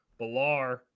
balar